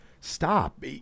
Stop